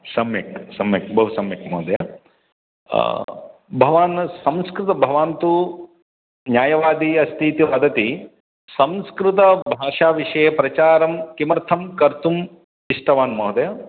सम्यक् सम्यक् बहुसम्यक् महोदय भवान् संस्कृते भवान् तु न्यायवादी अस्ति इति वदति संस्कृतभाषाविषये प्रचारं किमर्थं कर्तुम् इष्टवान् महोदय